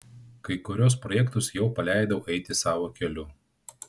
kai kuriuos projektus jau paleidau eiti savo keliu